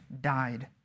died